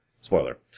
Spoiler